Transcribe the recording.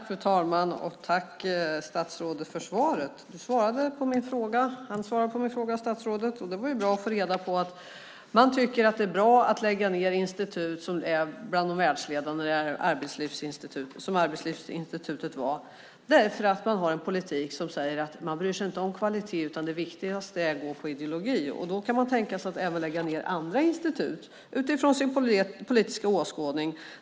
Fru talman! Tack, statsrådet, för svaret! Statsrådet svarade på min fråga, och det var bra att få reda på att man tycker att det är bra att lägga ned institut som är bland de världsledande, som Arbetslivsinstitutet var. Man bryr sig inte om kvaliteten, utan det viktigaste är ideologin. Då kan man tänka sig att också lägga ned andra institut utifrån sin politiska åskådning.